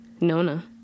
Nona